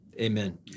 Amen